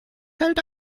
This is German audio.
hält